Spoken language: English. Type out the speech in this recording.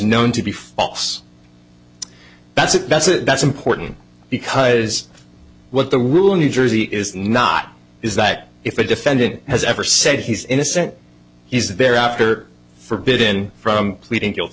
known to be false that's a message that's important because what the rule in new jersey is not is that if a defendant has ever said he's innocent he's there after forbidden from pleading guilty